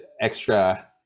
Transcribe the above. extra